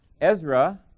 Ezra